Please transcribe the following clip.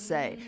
Say